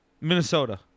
Minnesota